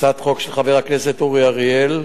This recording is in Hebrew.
הצעת חוק של חבר הכנסת אורי אריאל,